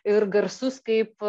ir garsus kaip